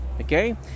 okay